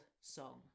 song